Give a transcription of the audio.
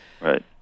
Right